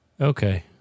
Okay